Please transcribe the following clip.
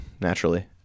naturally